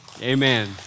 Amen